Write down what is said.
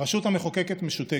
הרשות המחוקקת משותקת.